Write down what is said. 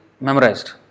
memorized